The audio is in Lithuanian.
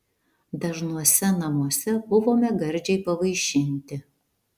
dažnuose namuose buvome gardžiai pavaišinti